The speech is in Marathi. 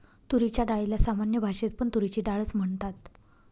तुरीच्या डाळीला सामान्य भाषेत पण तुरीची डाळ च म्हणतात